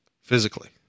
physically